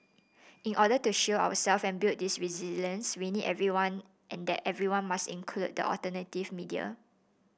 in order to shield ourselves and build this resilience we need everyone and that everyone must include the alternative media